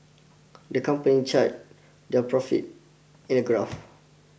the company charted their profit in a graph